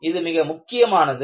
இது மிக முக்கியமானது